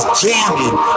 jamming